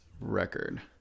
record